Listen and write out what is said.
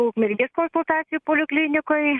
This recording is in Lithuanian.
ukmergės konsultacijų poliklinikoj